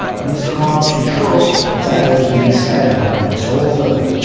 and it's hard to trust whatever is being said by this author.